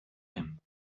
him